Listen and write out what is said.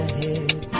head